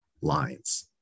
lines